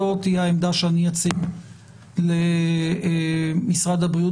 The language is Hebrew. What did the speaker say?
זאת תהיה העמדה שאני אציג למשרד הבריאות